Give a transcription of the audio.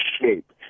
shape